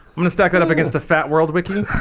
i'm gonna stack it up against the fat world wiki